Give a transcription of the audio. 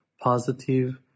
positive